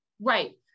right